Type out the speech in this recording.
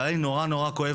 אבל היה לי נורא נורא כואב,